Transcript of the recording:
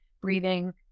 breathing